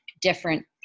different